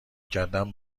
کردن